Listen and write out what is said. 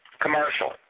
commercial